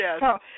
Yes